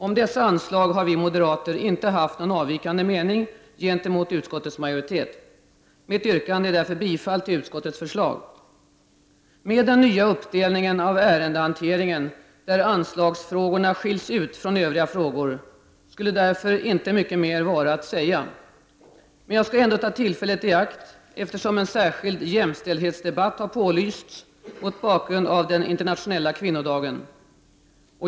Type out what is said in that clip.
Om dessa anslag har vi moderater inte haft någon avvikande mening gentemot utskottets majoritet. Mitt yrkande är därför bifall till utskottets förslag. Med den nya uppdelningen av ärendehanteringen, där anslagsfrågorna skiljs ut från övriga frågor, skulle därför inte mycket mer vara att säga. Men jag skall ändå ta tillfället i akt, eftersom en särskild jämställdhetsdebatt har pålysts mot bakgrund av den internationella kvinnodagen.